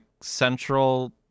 central